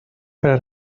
para